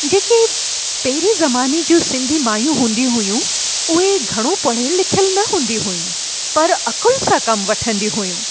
जेके पेहिरें ज़माने जूं सिंधी माईयूं हूंदी हुयूं उहे घणो पढ़ियल लिखियलु न हूंदी हुयूं पर अक़ुल सां कमु वठंदियूं हुयूं